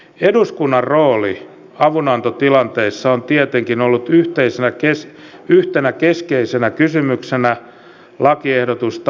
eduskunnan rooli avunantotilanteissa on tietenkin ollut yhtenä keskeisenä kysymyksenä lakiehdotusta valmisteltaessa